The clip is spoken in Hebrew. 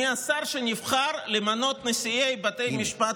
מי השר שנבחר למנות נשיאי בתי משפט